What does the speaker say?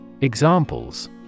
Examples